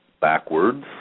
backwards